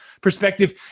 perspective